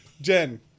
Jen